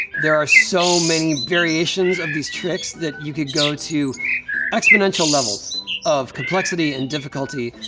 there are so many variations of these tricks that you could go to exponential levels of complexity and difficulty.